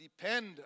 depend